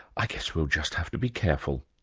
i guess we'll just have to be careful.